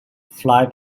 fly